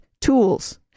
tools